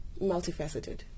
multifaceted